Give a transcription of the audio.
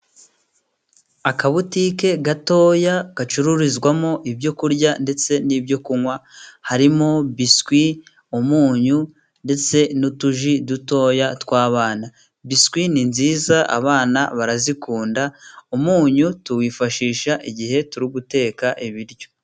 Akabutike gatoya gacururizwamo ibyo kurya ndetse n'ibyo kunywa harimo biswi, umunyu, ndetse n'utuji dutoya tw'abana. Biswi ni nziza abana barazikunda, umunyu tuwifashisha igihe turi guteka ibiryo.